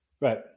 Right